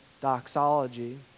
doxology